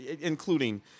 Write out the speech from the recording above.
including